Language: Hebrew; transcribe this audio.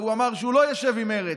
הרי הוא אמר שהוא לא יישב עם מרצ,